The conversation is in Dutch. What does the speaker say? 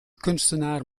kunstenaar